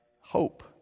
hope